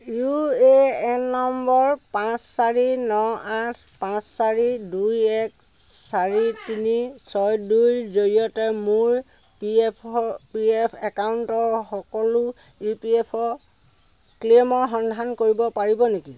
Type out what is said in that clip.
UAN নম্বৰ পাঁচ চাৰি ন আঠ পাঁচ চাৰি দুই এক চাৰি তিনি ছয় দুইৰ জৰিয়তে মোৰ পিএফৰ পি এফ একাউণ্টৰ সকলো ইপিএফঅ' ক্লেইমৰ সন্ধান কৰিব পাৰিব নেকি